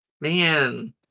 Man